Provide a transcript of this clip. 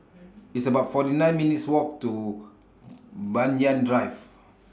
It's about forty nine minutes' Walk to Banyan Drive